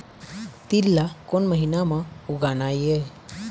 तील ला कोन महीना म उगाना ये?